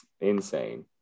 insane